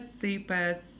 super